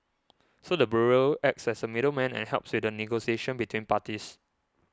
so the bureau acts as a middleman and helps with the negotiation between parties